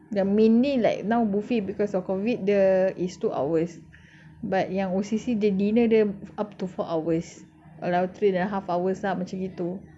then mainly like now buffet because of COVID the it's two hours but yang O_C_C dia dinner dia up to four hours around three and a half hours lah macam tu